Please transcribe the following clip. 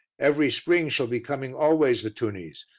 every spring shall be coming always the tunnies,